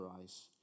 eyes